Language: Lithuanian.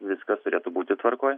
viskas turėtų būti tvarkoj